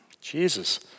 Jesus